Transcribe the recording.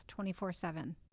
24-7